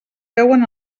veuen